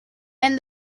and